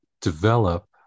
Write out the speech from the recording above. develop